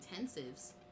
intensives